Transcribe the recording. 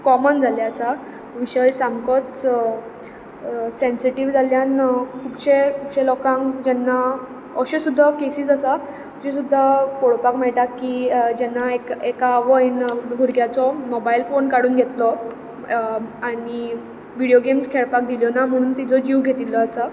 common जाल्लें आसा विशय सामकोच सेन्सीटीव्ह जाल्ल्यान खुबशे जे लोकांक जेन्ना अश्यो सुद्दां कॅसीस आसा ज्यो सुद्दां तुमकां पळोवपाक मेळटा की जेन्ना एक एका आवयन भुरग्याचो मोबायल फोन काडून घेतलो आनी व्हिडियो गॅम्स खेळपाक दिल्यो ना म्हूण तिचो जीव घेतिल्लो आसा